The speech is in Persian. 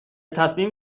تصمیم